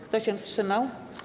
Kto się wstrzymał?